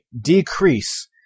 decrease